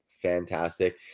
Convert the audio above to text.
fantastic